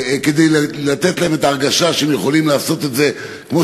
כדי לתת להם את ההרגשה שהם יכולים לעשות את זה כמו